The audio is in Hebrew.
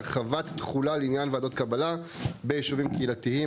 (הרחבת תחולה לעניין ועדות קבלה בישובים קהילתיים),